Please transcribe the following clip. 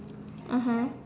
mmhmm